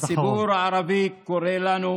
הציבור הערבי קורא לנו,